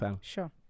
sure